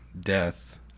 death